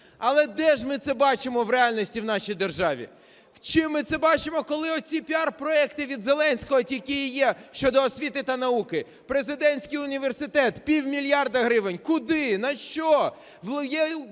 Але де ж ми це бачимо в реальності в нашій державі? Чи ми це бачимо, коли оці піар-проекти від Зеленського тільки і є щодо освіти та науки? Президентський університет – пів мільярда гривень. Куди, на що?